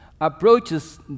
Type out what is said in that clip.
approaches